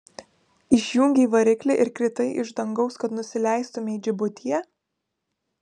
išjungei variklį ir kritai iš dangaus kad nusileistumei džibutyje